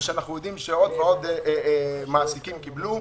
ושאנחנו יודעים שעוד ועוד מעסיקים קיבלו,